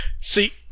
See